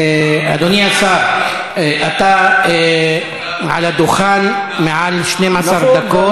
אדוני השר, אתה על הדוכן יותר מ-12 דקות.